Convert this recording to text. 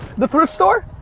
the thrift store?